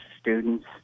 students